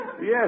Yes